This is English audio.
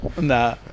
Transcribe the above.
Nah